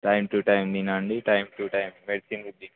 time to time తినండి time to time medicine తీసుకోండి